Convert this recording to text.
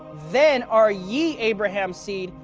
then are ye abraham's seed,